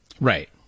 right